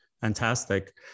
Fantastic